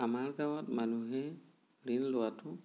আমাৰ গাঁৱত মানুহে ঋণ লোৱাতো